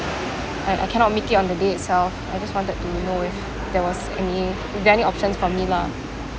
I I cannot make it on the day itself I just wanted to know if there was any is there any option for me lah